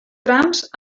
trams